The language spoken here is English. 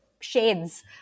shades